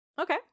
Okay